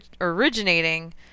originating